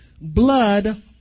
Blood